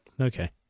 Okay